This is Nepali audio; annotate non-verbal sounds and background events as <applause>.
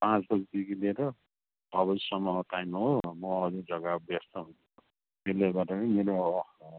पाँच बजीदेखि लिएर छ बजीसम्मको टाइम हो <unintelligible> व्यस्त त्यसले गर्दाखेरि पनि मैले एउटा